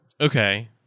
Okay